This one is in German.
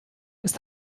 ist